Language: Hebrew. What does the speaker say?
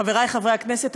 חברי חברי הכנסת,